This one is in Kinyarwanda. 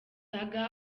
saga